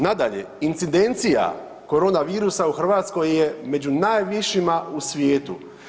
Nadalje, incidencija korona virusa u Hrvatskoj je među najvišima u svijetu.